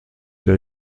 der